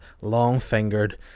long-fingered